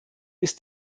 ist